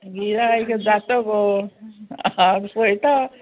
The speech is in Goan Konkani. गिरायक जाता गो आं पयता